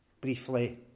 briefly